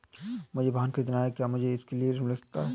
मुझे वाहन ख़रीदना है क्या मुझे इसके लिए ऋण मिल सकता है?